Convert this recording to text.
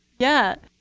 yeah,